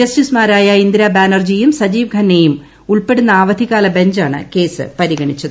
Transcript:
ജസ്റ്റീസ്മാരായ ഇന്ദിരാ ബാനർജിയും സഞ്ജീവ് ഖന്നയും ഉൾപ്പെടുന്ന അവധിക്കാല ബഞ്ചാണ് കേസ് പരിഗണിച്ചത്